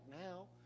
now